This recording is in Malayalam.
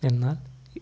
എന്നാൽ